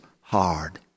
hard